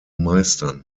meistern